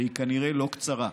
והיא כנראה לא קצרה,